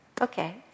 Okay